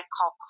call